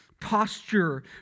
posture